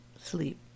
sleep